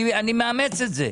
אני מאמץ את זה.